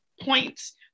points